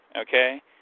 okay